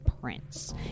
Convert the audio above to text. prince